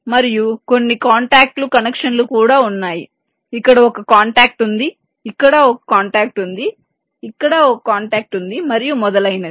మరియు కొన్ని కాంటాక్ట్ లు కనెక్షన్లు కూడా ఉన్నాయి ఇక్కడ ఒక కాంటాక్ట్ ఉంది ఇక్కడ ఒక కాంటాక్ట్ ఉంది ఇక్కడ ఒక కాంటాక్ట్ ఉంది మరియు మొదలైనవి